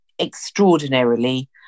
extraordinarily